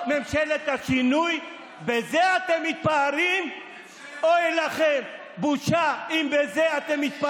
אנחנו מביאים היום בשורה גדולה, גם אם זה צעד